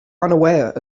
unaware